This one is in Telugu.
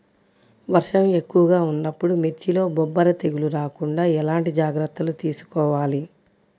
వర్షం ఎక్కువగా ఉన్నప్పుడు మిర్చిలో బొబ్బర తెగులు రాకుండా ఎలాంటి జాగ్రత్తలు తీసుకోవాలి?